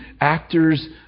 actors